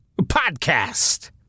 podcast